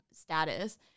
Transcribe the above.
status